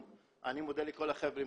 אני מודה לכל החבר'ה,